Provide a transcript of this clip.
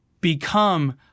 become